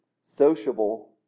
sociable